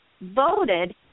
voted